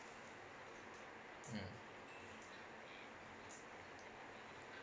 mm